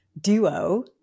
duo